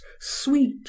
sweet